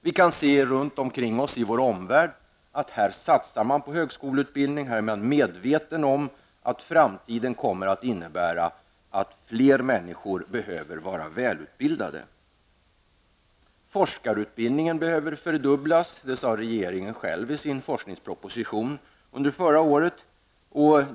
Vi kan se hur man satsar på högskoleutbildning runt om oss i vår omvärld. Man är medveten om att framtiden kommer att innebära att fler människor behöver vara välutbildade. Forskarutbildningen behöver fördubblas. Det sade regeringen själv i sin forskningsproposition förra året.